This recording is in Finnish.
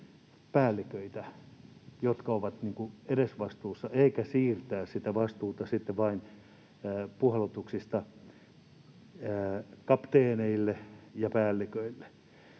jotka ovat edesvastuussa, eikä vain siirtää sitä vastuuta puhallutuksista kapteeneille ja päälliköille.